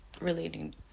Relating